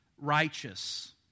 righteous